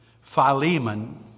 Philemon